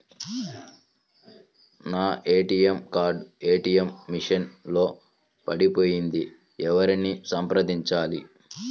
నా ATM card ATM machine లో పడిపోయింది ఎవరిని సంప్రదించాలి?